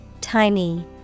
Tiny